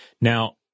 Now